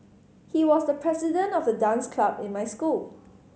he was the president of the dance club in my school